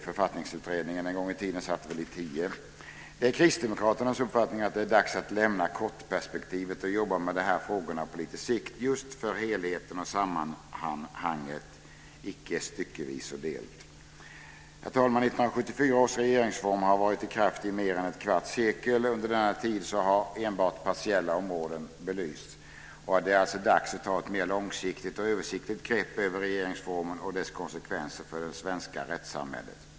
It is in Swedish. Författningsutredningen en gång i tiden satt i tio år. Det är Kristdemokraternas uppfattning att det är dags att lämna kortperspektivet och jobba med de här frågorna på lite sikt - just för helheten och sammanhanget, "icke styckevis och delt". Herr talman! 1974 års regeringsform har varit i kraft i mer än ett kvarts sekel. Under denna tid har enbart partiella områden i den belysts. Det är dags att ta ett mer långsiktigt och översiktligt grepp över regeringsformen och dess konsekvenser för det svenska rättssamhället.